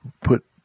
put